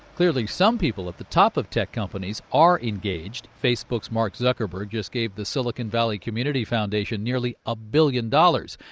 clearly some people at the top of tech companies are engaged. facebook's mark zuckerberg just gave the silicon valley community foundation nearly a billion dollars.